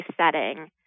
setting